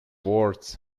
boards